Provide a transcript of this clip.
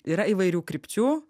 yra įvairių krypčių